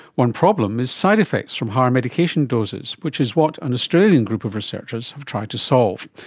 one problem is side-effects from higher medication doses, which is what an australia group of researchers have tried to solve,